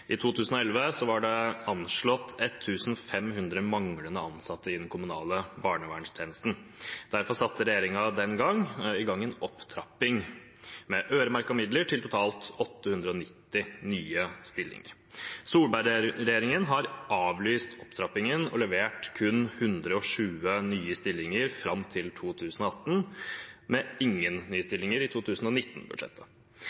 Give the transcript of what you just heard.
I 2011 var det anslått 1 500 manglende ansatte i det kommunale barnevernet. Derfor satte regjeringen i gang en opptrapping med øremerka midler til totalt 890 nye stillinger. Solberg-regjeringen har avlyst opptrappingen og levert kun 120 nye stillinger frem til 2018, med ingen nye